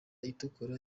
itukura